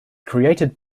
created